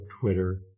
Twitter